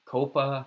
Copa